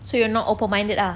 so you're not open minded ah